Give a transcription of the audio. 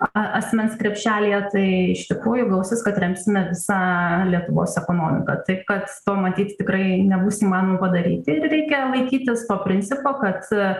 asmens krepšelyje tai iš tikrųjų gausis kad remsime sakė lietuvos ekonomiką taip kad to matyt tikrai nebus įmanoma padaryti ir reikia laikytis to principo kad